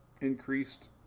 increased